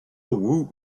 woot